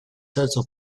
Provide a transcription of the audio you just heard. terzo